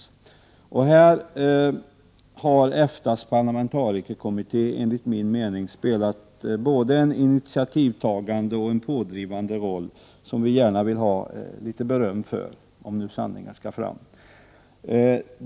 I detta sammanhang har EFTA:s parlamentarikerkommitté enligt min mening spelat både en initiativtagande och en pådrivande roll, vilket vi, om sanningen skall fram, gärna vill ha litet beröm för.